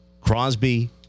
Crosby